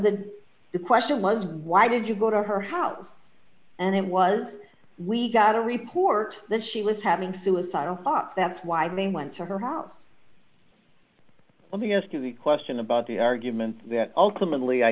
the question was why did you go to her house and it was we got a report that she was having suicidal thoughts that's why they went to her house let me ask you the question about the argument that ultimately i